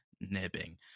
nibbing